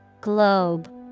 Globe